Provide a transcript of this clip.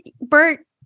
Bert